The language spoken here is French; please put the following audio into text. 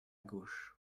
gauche